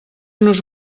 nos